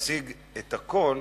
להשיג את הכול